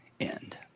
end